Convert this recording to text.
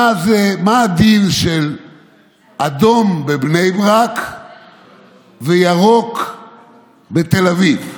מה הדין של אדום בבני ברק וירוק בתל אביב?